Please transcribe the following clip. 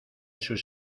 sus